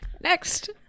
Next